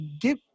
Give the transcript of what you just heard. give